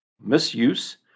misuse